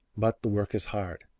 but the work is hard,